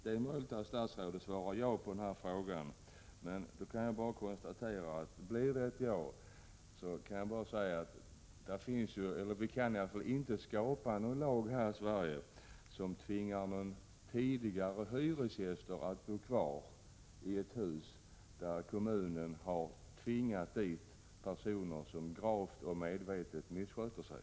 Det är möjligt att statsrådet svarar ja på den frågan, men blir det ett ja, kan jag bara konstatera att vi inte kan stifta lagar här i Sverige som tvingar tidigare hyresgäster att bo kvar i ett hus dit kommunen har tvingat personer som gravt och medvetet missköter sig.